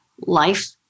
life